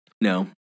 No